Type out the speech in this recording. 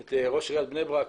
את ראש עיריית בני ברק,